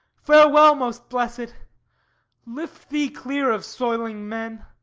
farewell, most blessed! lift thee clear of soiling men!